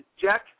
Jack